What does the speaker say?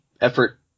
effort